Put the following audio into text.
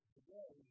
Today